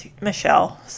Michelle